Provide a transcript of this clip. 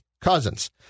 Cousins